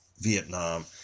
Vietnam